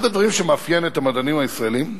אחד הדברים שמאפיינים את המדענים הישראלים,